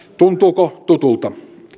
tuntuuko tutulta